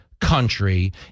country